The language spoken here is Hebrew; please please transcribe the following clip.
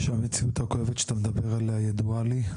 שהמציאות הכואבת שאתה מדבר עליה ידועה לי,